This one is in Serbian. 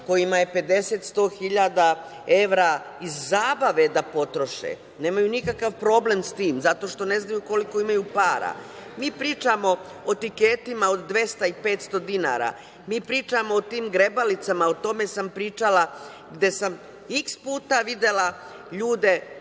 koji 50, 100 hiljada evra troše iz zabave, nemaju nikakav problem sa tim zato što ne znaju koliko imaju para. Mi pričamo o tiketima od 200 i 500 dinara. Mi pričamo o tim grebalicama. O tome sam pričala, gde sam iks puta videla ljude,